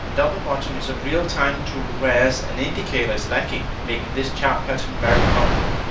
double bottom is a real time tool whereas an indicator is lagging making this chart pattern very popular.